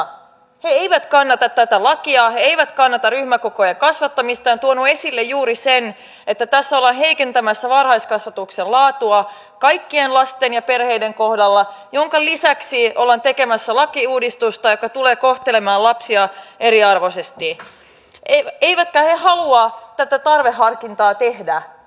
he eivät kannata tätä lakia he eivät kannata ryhmäkokojen kasvattamista ja he ovat tuoneet esille juuri sen että tässä ollaan heikentämässä varhaiskasvatuksen laatua kaikkien lasten ja perheiden kohdalla minkä lisäksi ollaan tekemässä lakiuudistusta joka tulee kohtelemaan lapsia eriarvoisesti eivätkä he halua tätä tarveharkintaa tehdä